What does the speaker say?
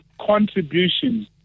contribution